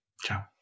Ciao